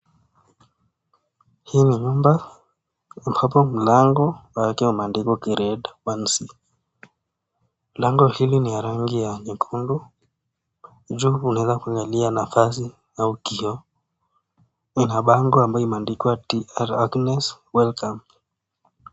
Hii ni nyumba hapo mlango yake imeandikwa [ kireta fancy ] lango hili ni ya rangi ya nyekundu juu unaweza kuangalia nafasi ama kioo, inabango ambayo imeandikwa Agnes [welcome].